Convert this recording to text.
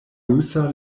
rusa